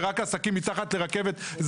זה רק עסקים מתחת לרכבת,